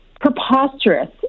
preposterous